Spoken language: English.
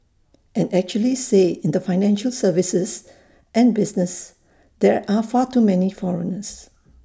and actually say in the financial services and business there are far too many foreigners